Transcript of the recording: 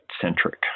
centric